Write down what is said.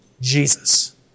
Jesus